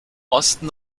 osten